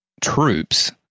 troops